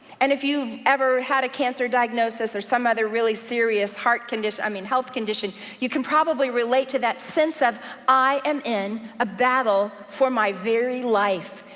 and if you've ever had a cancer diagnosis, or some other really serious heart heart condition, i mean health condition, you can probably relate to that sense of i am in a battle for my very life,